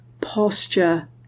posture